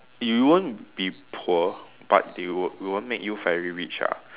you won't be poor but they w~ won't make you very rich ah